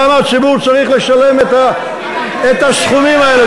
למה הציבור צריך לשלם את הסכומים האלה,